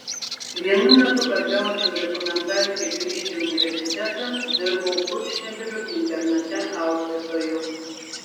vienu metu kad gaučiau rekomendaciją grįžti į universitetą dirbau kurčnebylių internate auklėtoju